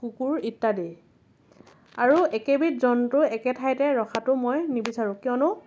কুকুৰ ইত্যাদি আৰু একেবিধ জন্তু একে ঠাইতে ৰখাতো মই নিবিচাৰোঁ কিয়নো